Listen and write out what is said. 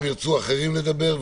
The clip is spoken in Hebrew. ירצו גם אחרים לדבר,